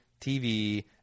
tv